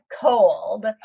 cold